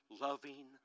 Loving